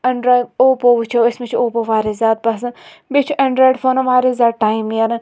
ایٚنڈراے Oppo وُچھُو أسۍ مےٚ چھُ اوپو واریاہ زیادٕ پسنٛد بیٚیہِ چھُ ایٚنڈرٛایڈ فونَن واریاہ زیادٕ ٹایم نیران